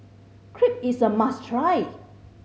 crepe is a must try